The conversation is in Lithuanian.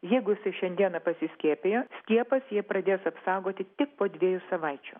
jeigu jisai šiandieną pasiskiepijo skiepas jį pradės apsaugoti tik po dviejų savaičių